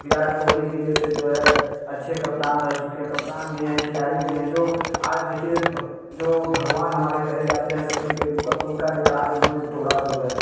विराट कोहली भी जैसे जो है अच्छे कप्तान रह चुके हैं कप्तान भी हैं खिलाड़ी भी हैं जो आज देखिए जो भगवान हमारे कहे जाते हैं सचिन तेंडुलकर उनका रिकॅाड उन्होंने तोड़ा जो है